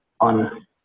on